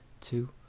two